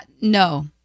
No